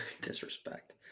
disrespect